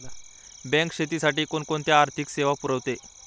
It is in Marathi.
बँक शेतीसाठी कोणकोणत्या आर्थिक सेवा पुरवते?